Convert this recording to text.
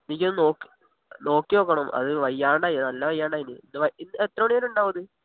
എനിക്കൊന്നു നോക്കിനോക്കണം അത് വയ്യാണ്ടായി നല്ല വയ്യാണ്ടായിരിക്കുന്നു ഇത് ഇന്നെത്ര മണി വരെ ഉണ്ടാവുമത്